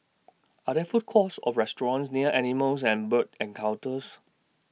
Are There Food Courts Or restaurants near Animals and Bird Encounters